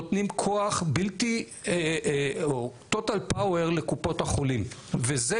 נותנים כוח מוחלט לקופות החולים וזה